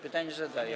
Pytanie zadaje.